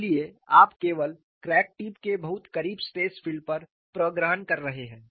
इसलिए आप केवल क्रैक टिप के बहुत करीब स्ट्रेस फील्ड पर प्रग्रहण कर रहे हैं